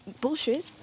bullshit